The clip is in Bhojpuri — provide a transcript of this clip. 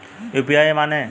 यू.पी.आई माने?